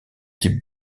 types